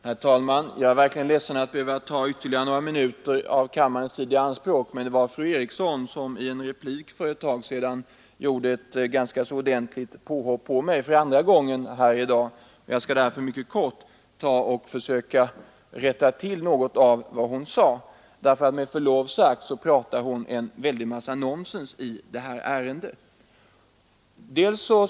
Herr talman! Jag är verkligen ledsen att behöva ta ytterligare några minuter av kammarens tid i anspråk, men fru Eriksson i Stockholm gjorde i en replik för en stund sedan för andra gången i dag ett ordentligt ”påhopp” på mig. Jag skall därför försöka rätta till något av vad hon sade, därför att hon med förlov sagt pratar en väldig massa nonsens i detta hänseende. Bl. a.